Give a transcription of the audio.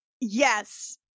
Yes